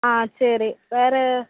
ஆ சரி வேறு